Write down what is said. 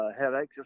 headaches